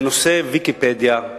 בנושא "ויקיפדיה"